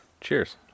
Cheers